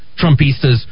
Trumpistas